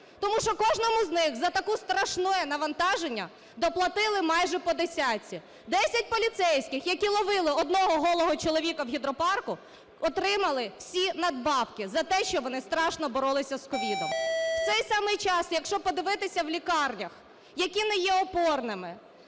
тому що кожному з них за таке страшне навантаження доплатили майже по десятці. 10 поліцейських, які ловили одного голого чоловіка в Гідропарку, отримали всі надбавки за те, що вони страшно боролися в COVID . В цей самий час, якщо подивитися в лікарнях, які не є опорними,